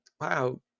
Wow